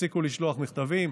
יפסיקו לשלוח מכתבים,